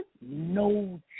no